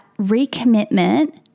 recommitment